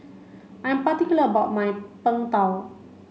I'm particular about my Png Tao